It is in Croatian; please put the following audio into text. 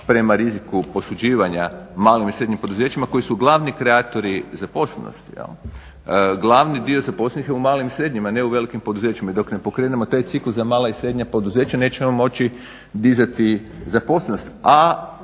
prema riziku posuđivanja malim i srednjim poduzećima koji su glavni kreatori zaposlenosti. Glavni dio zaposlenosti je u malim i srednjim, a ne u velikim poduzećima i dok ne pokrenemo taj ciklus za mala i srednja poduzeća nećemo moći dizati zaposlenost.